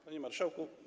Panie Marszałku!